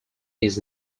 his